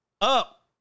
up